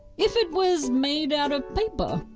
if it was made out of paper.